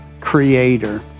creator